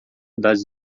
das